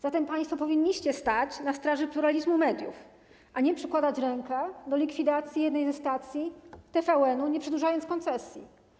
Zatem państwo powinniście stać na straży pluralizmu mediów, a nie przykładać rękę do likwidacji jednej ze stacji, TVN-u, nie przedłużając koncesji.